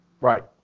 right